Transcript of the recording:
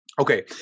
Okay